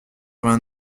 vingt